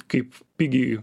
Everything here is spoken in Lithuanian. kaip pigiai